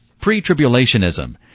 Pre-tribulationism